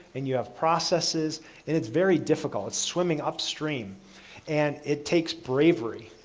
and you have processes and it's very difficult, it's swimming upstream and it takes bravery.